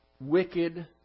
wicked